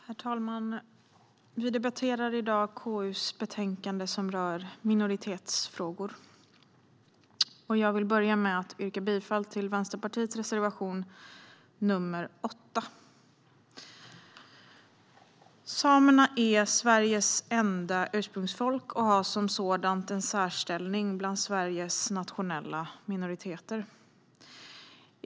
Herr talman! Vi debatterar i dag KU:s betänkande som rör minoritetsfrågor. Jag vill börja med att yrka bifall till Vänsterpartiets reservation nr 8. Samerna är Sveriges enda ursprungsfolk och har som sådant en särställning bland Sveriges nationella minoriteter.